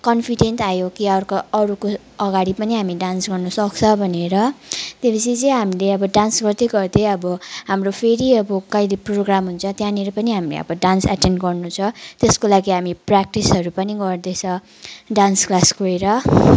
confident आयो कि अर्को अरूको अगाडि पनि हामी डान्स गर्नुसक्छ भनेर त्यो पछि चाहिँ हामीले अब डान्स गर्दै गर्दै अब हाम्रो फेरि अब कहिले प्रोग्राम हुन्छ त्यहाँनिर पनि हामी अब डान्स एटेन्ड गर्नु छ त्यसको लागि हामी प्रयाक्टिसहरू पनि गर्दैछ डान्स क्लास गएर